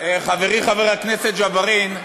חברי חברי הכנסת ג'בארין,